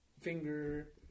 Finger